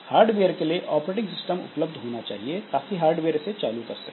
hard where के लिए operating system उपलब्ध होना चाहिए ताकि हार्डवेयर इसे चालू कर सकें